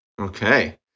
okay